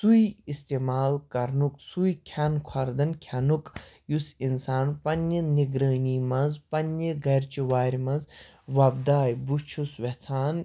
سُے اِستعمال کَرنُک سُے کھیٚن خۄردَن کھیٚنُک یُس اِنسان پَننہِ نِگرٲنی منٛز پَننہِ گھرِچہِ وارِ منٛز وۄبداے بہٕ چھُس ویٚژھان